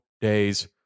days